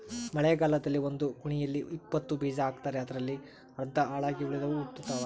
ಮಳೆಗಾಲದಲ್ಲಿ ಒಂದು ಕುಣಿಯಲ್ಲಿ ಇಪ್ಪತ್ತು ಬೀಜ ಹಾಕ್ತಾರೆ ಅದರಲ್ಲಿ ಅರ್ಧ ಹಾಳಾಗಿ ಉಳಿದವು ಹುಟ್ಟುತಾವ